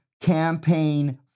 campaign